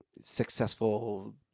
successful